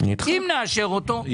אם נאשר אותו,